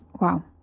Wow